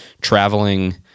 traveling